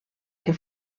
que